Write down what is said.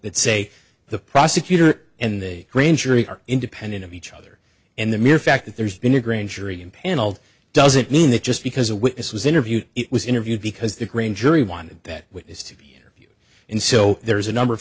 that say the prosecutor and the grand jury are independent of each other and the mere fact that there's been a grand jury impaneled doesn't mean that just because a witness was interviewed it was interviewed because the grand jury won that which is to be in so there's a number of